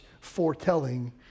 foretelling